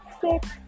six